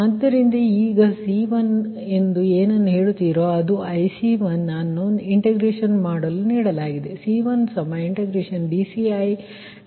ಆದ್ದರಿಂದ ಈಗ C1 ಎಂದು ಏನನ್ನು ಹೇಳುತ್ತಿರೋ ಅದು IC1 ಅನ್ನು ಇಂಟಿಗ್ರೇಷನ್ ಮಾಡಲು ನೀಡಲಾಗಿದೆ